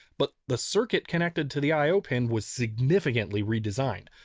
but the circuit connected to the i o pin was significantly redesigned.